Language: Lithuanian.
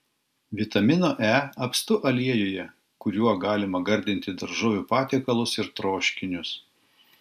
vitamino e apstu aliejuje kuriuo galima gardinti daržovių patiekalus ir troškinius